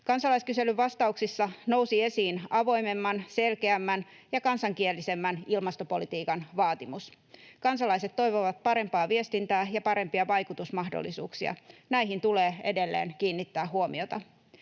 Kansalaiskyselyn vastauksissa nousi esiin avoimemman, selkeämmän ja kansankielisemmän ilmastopolitiikan vaatimus. Kansalaiset toivovat parempaa viestintää ja parempia vaikutusmahdollisuuksia. Näihin tulee edelleen kiinnittää huomiota.